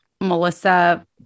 melissa